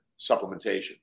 supplementation